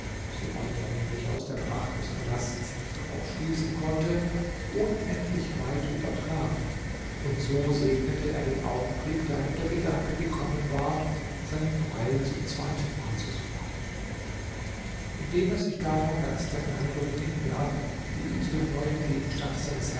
soweit er nämlich aus der pracht des palasts darauf